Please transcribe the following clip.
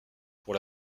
pour